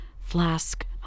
Flask